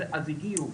אז הגיעו,